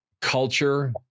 culture